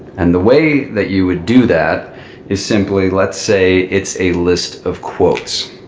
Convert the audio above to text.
and the way that you would do that is simply, let's say, it's a list of quotes.